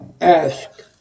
ask